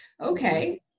Okay